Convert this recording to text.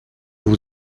vous